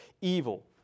evil